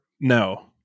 no